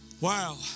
Wow